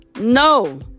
No